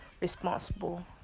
responsible